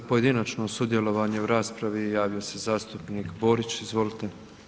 Za pojedinačno sudjelovanje u raspravi javio se zastupnik Borić, izvolite.